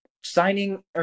signing